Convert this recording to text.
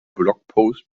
blogpost